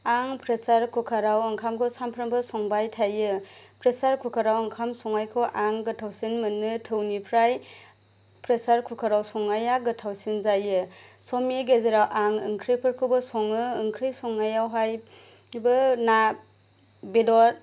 आं प्रेसार कुकाराव ओंखामखौ सामफ्रोमबो संबाय थायो प्रेसार कुकाराव ओंखाम संनायखौ आं गोथावसिन मोनो थौनिफ्राय प्रेसार कुकाराव संनाया गोथावसिन जायो समनि गेजेराव आं ओंख्रिफोरखौबो सङो ओंख्रि संनायावहायबो ना बेदर